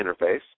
interface